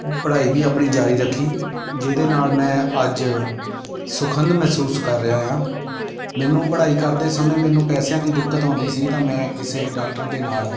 ਪੜ੍ਹਾਈ ਵੀ ਆਪਣੀ ਜਾਰੀ ਰੱਖੀ ਜਿਹਦੇ ਨਾਲ ਮੈਂ ਅੱਜ ਸੁਖੰਦ ਮਹਿਸੂਸ ਕਰ ਰਿਹਾ ਏ ਆ ਮੈਨੂੰ ਪੜ੍ਹਾਈ ਕਰਦੇ ਸਮੇਂ ਮੈਨੂੰ ਪੈਸਿਆਂ ਦੀ ਦਿੱਕਤ ਆਉਂਦੀ ਸੀ ਤਾਂ ਮੈਂ ਕਿਸੇ ਡਾਕਟਰ ਦੇ ਨਾਲ